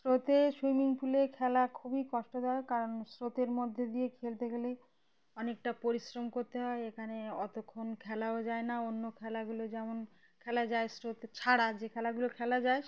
স্রোতে সুইমিং পুলে খেলা খুবই কষ্টদায়ক কারণ স্রোতের মধ্যে দিয়ে খেলতে গেলে অনেকটা পরিশ্রম করতে হয় এখানে অতক্ষণ খেলাও যায় না অন্য খেলাগুলো যেমন খেলা যায় স্রোত ছাড়া যে খেলাগুলো খেলা যায়